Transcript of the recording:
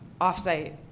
Offsite